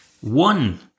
one